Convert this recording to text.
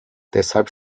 deshalb